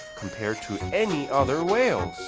compared to any other whales!